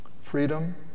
Freedom